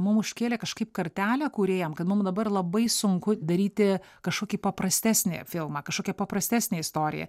mum užkėlė kažkaip kartelę kūrėjam kad mum dabar labai sunku daryti kažkokį paprastesnį filmą kažkokią paprastesnė istoriją